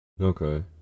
Okay